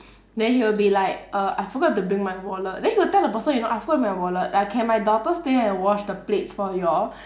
then he will be like err I forgot to bring my wallet then he will tell the person you know I forgot to bring my wallet like can my daughter stay and wash the plates for you all